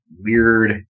weird